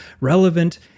relevant